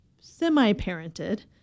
semi-parented